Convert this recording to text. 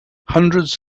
hundreds